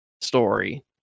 story